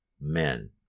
men